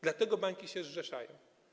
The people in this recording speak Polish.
Dlatego banki się zrzeszają.